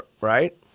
right